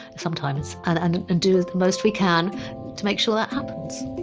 sometimes, and and and do the most we can to make sure that happens